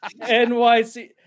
NYC